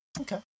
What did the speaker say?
Okay